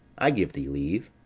i give thee leave.